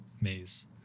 maze